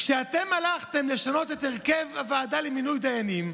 כשאתם הלכתם לשנות את הרכב הוועדה למינוי דיינים,